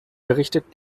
berichtet